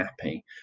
happy